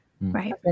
right